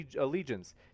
allegiance